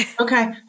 Okay